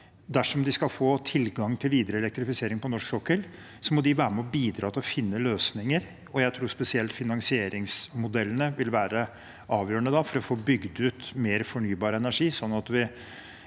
Dersom de skal få tilgang til videre elektrifisering på norsk sokkel, må de være med og bidra til å finne løsninger. Jeg tror spesielt finansieringsmodellene da ville være avgjørende for å få bygd ut mer fornybar energi,